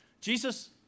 Jesus